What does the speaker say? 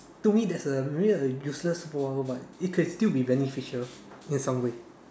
to me that's a really a useless superpower but it still can be beneficial in some way